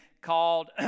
called